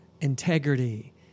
integrity